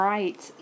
Right